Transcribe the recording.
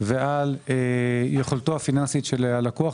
ועל יכולתו הפיננסית של הלקוח.